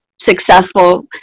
successful